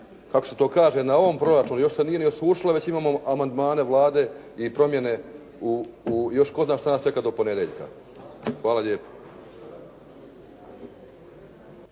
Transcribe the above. kako se to kaže na ovom proračunu još se nije ni osušila, već imamo amandmane Vlade i promjene u, i još tko zna šta nas čeka do ponedjeljka. Hvala lijepa.